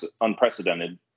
unprecedented